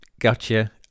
Gotcha